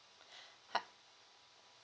hi